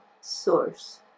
Source